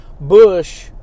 Bush